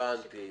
הבנתי.